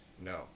No